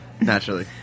Naturally